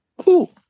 Cool